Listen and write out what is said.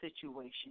situation